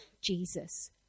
Jesus